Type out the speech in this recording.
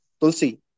Tulsi